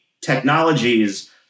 technologies